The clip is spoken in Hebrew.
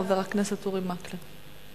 חבר הכנסת אורי מקלב.